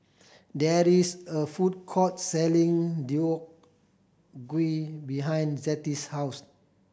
there is a food court selling Deodeok Gui behind Zettie's house